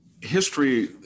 history